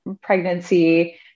pregnancy